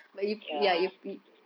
ya